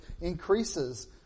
increases